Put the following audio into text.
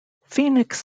phoenix